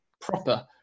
proper